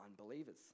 unbelievers